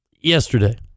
yesterday